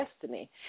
destiny